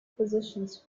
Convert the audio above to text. positions